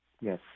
Yes